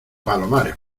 palomares